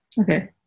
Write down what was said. Okay